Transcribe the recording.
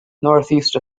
northeast